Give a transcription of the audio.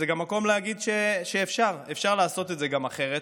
זה גם מקום להגיד שאפשר לעשות זאת אחרת,